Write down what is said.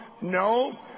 no